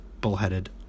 bullheaded